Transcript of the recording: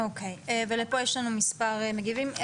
יש לנו מספר מגיבים.